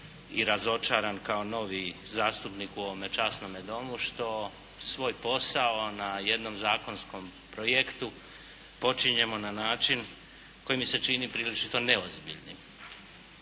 i razočaran kao novi zastupnik u ovome časnom Domu što svoj posao na jednom zakonskom projektu počinjemo na način koji mi se čini prilično neozbiljnim.